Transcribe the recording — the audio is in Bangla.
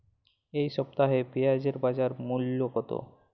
এ সপ্তাহে পেঁয়াজের বাজার মূল্য কত?